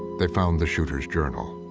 they found the shooter's journal.